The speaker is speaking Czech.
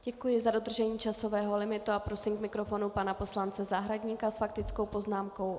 Děkuji za dodržení časového limitu a prosím k mikrofonu pana poslance Zahradníka s faktickou poznámkou.